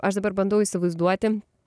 aš dabar bandau įsivaizduoti